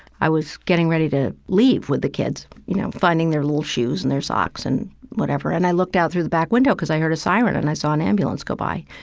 i was getting ready to leave with the kids, you know, finding their little shoes and their socks and whatever. and i looked out through the back window, because i heard a siren, and i saw an ambulance go by.